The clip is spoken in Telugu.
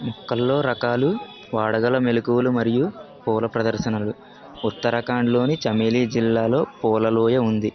మొక్కలలో రకాలు వాడగల మెళకువలు మరియు పూల ప్రదర్శనలు ఉత్తరాఖండ్లోని చమేలీ జిల్లాలో పూల లోయ ఉంది